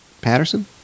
Patterson